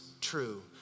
true